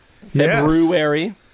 February